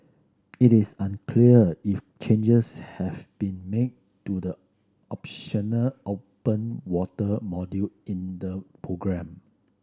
it is unclear if changes have been made to the optional open water module in the programme